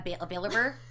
available